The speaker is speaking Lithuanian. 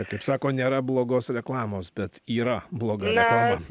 kaip sako nėra blogos reklamos bet yra bloga reklama